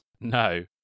No